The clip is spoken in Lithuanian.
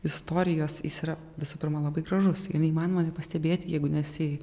istorijos is yra visų pirma labai gražus jo neįmanoma nepastebėti jeigu nesi